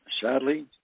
sadly